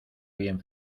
bien